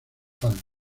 palmas